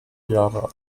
jahre